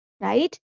right